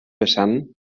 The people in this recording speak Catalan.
vessant